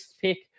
pick